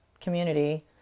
community